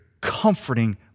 comforting